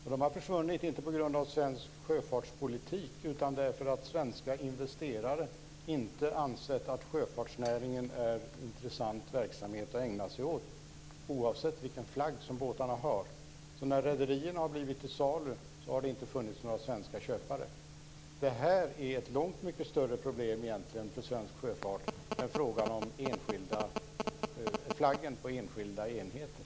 De har inte försvunnit på grund av svensk sjöfartspolitik utan därför att svenska investerare inte ansett att sjöfartsnäringen är en intressant verksamhet att ägna sig åt, oavsett vilken flagg som båtarna har. När rederierna har varit till salu har det inte funnits några svenska köpare. Detta är egentligen ett långt mycket större problem för svensk sjöfart än frågan om flaggen på enskilda enheter.